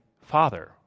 Father